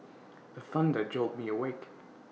the thunder jolt me awake